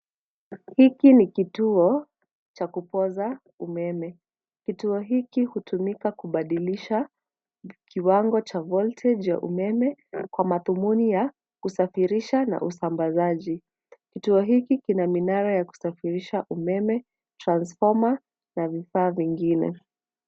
Hiki ni kutuo cha kupoza umeme. Kituo hiki hutumika kubadilisha kiwango cha voltage ya umeme kwa madhumuni ya kusafirisha na usambazaji. Kituo hiki kina minara ya kusafirisha umeme, transfomer na vifaa vingine.